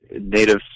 native